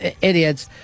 idiots